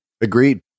Agreed